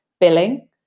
billing